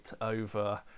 over